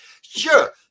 Sure